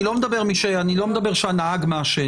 אני לא מדבר שהנהג מעשן.